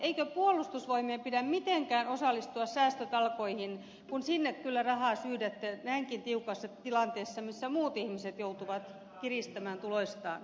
eikö puolustusvoimien pidä mitenkään osallistua säästötalkoihin kun sinne kyllä rahaa syydätte näinkin tiukassa tilanteessa missä muut ihmiset joutuvat kiristämään tuloistaan